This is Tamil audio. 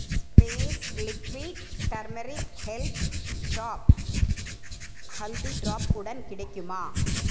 space liquid turmeric health drop haldi drop உடன் கிடைக்குமா